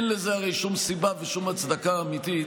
הרי אין לזה שום סיבה ושום הצדקה אמיתית.